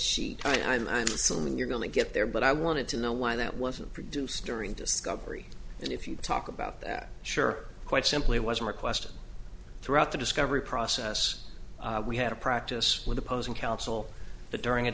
sheet i'm assuming you're going to get there but i wanted to know why that wasn't produced during discovery and if you talk about that sure quite simply wasn't a question throughout the discovery process we had a practice with opposing counsel that during a